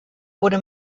wurde